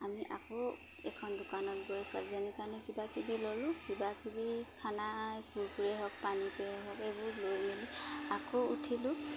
আমি আকৌ এখন দোকানত গৈ চোৱালীজনীৰ কাৰণে কিবািকিবি ল'লোঁ কিবাকিবি খানা কুৰকুৰেই হওক পানীকেই হওক এইবোৰ লৈ মেলি আকৌ উঠিলোঁ